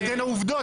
אתה תיתן עובדות.